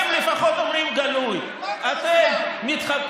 אתה עושה